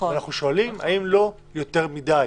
אנחנו שואלים האם לא יותר מדי,